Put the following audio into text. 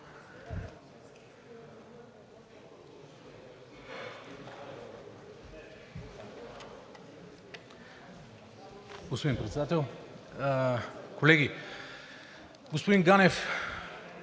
Господин Председател, колеги! Господин Ганев,